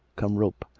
come rope!